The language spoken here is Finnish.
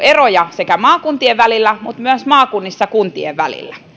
eroja sekä maakuntien välillä että myös maakunnissa kuntien välillä